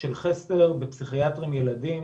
של חסר בפסיכיאטרים לילדים.